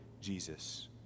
Jesus